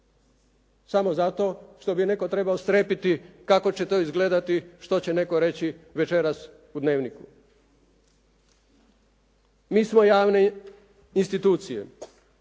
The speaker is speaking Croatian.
samo zato što bi netko trebao strepiti kako će to izgledati što će netko reći večeras u "Dnevniku". Mi smo javne institucije,